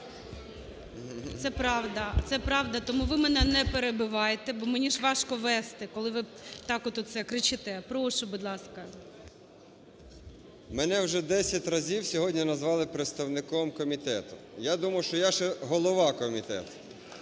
Це правда. Це правда, тому ви мене не перебивайте, бо мені ж важко вести, коли ви так от оце кричите. Прошу, будь ласка. 13:21:33 ІВАНЧУК А.В. Мене вже десять разів сьогодні назвали представником комітету. Я думав, що я ще голова комітету.